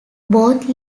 both